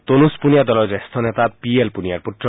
তনুজ পুনিয়া দলৰ জ্যেষ্ঠ নেতা পি এল পুনিয়াৰ পুত্ৰ